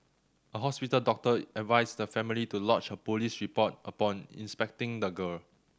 a hospital doctor advised the family to lodge a police report upon inspecting the girl